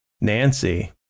Nancy